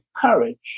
courage